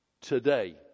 today